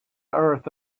earth